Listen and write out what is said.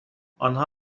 آنها